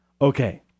Okay